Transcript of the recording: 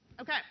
Okay